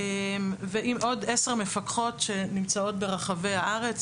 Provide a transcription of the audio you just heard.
ועם עוד עשר מפקחות שיש ברחבי הארץ,